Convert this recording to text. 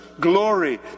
glory